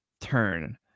turn